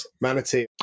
Manatee